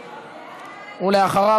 ואחריו,